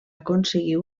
aconseguir